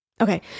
Okay